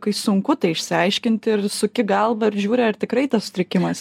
kai sunku tai išsiaiškinti ir suki galvą ir žiūri ar tikrai tas sutrikimas